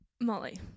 Molly